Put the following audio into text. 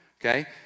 okay